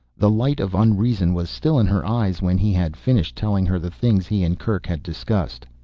the light of unreason was still in her eyes when he had finished, telling her the things he and kerk had discussed.